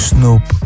Snoop